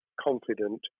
confident